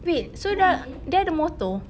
wait so dah dia ada motor